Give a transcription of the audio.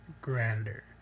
grander